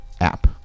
App